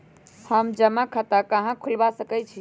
हम जमा खाता कहां खुलवा सकई छी?